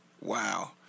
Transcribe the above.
Wow